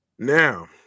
Now